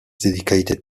dedicated